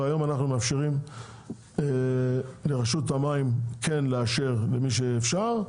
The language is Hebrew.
והיום אנחנו מאפשרים לרשות המים כן לאשר למי שאפשר.